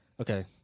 Okay